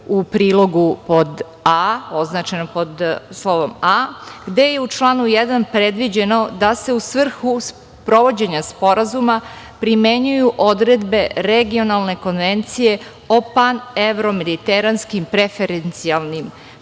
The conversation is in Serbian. u prilogu pod a, označeno pod slovom - a, gde je u članu 1. predviđeno da se u svrhu sprovođenja sporazuma primenjuju odredbe Regionalne konvencije o pan-evro-mediteranskim preferencijalnim